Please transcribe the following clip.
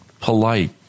polite